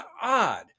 odd